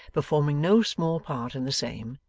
performing no small part in the same,